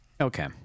Okay